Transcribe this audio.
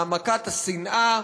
העמקת השנאה,